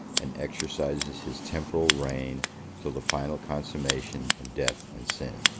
and exercises his temporal reign till the final consummation of death and sin.